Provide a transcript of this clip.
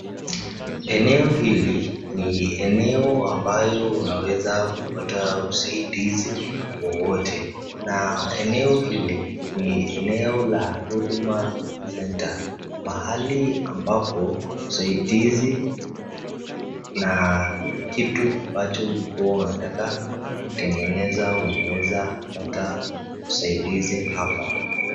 Eneo hili ni eneo ambayo unaweza kupata usaidizi wowote na eneo hili ni eneo la Huduma Center, mahali ambapo usaidizi na kitu ambacho ulikua unataka kutengeneza unaweza kupata usaidizi hapa.